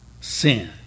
sin